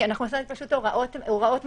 כי אנחנו נעשה את הוראות מעבר.